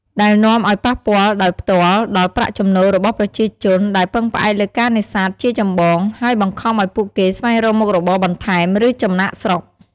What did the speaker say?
ដែលនាំអោយប៉ះពាល់ដោយផ្ទាល់ដល់ប្រាក់ចំណូលរបស់ប្រជាជនដែលពឹងផ្អែកលើការនេសាទជាចម្បង ហើយបង្ខំឱ្យពួកគេស្វែងរកមុខរបរបន្ថែម ឬចំណាកស្រុក។